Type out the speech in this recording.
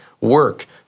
work